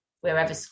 wherever